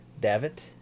Davit